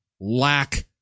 lack